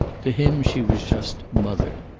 to him she was just mother.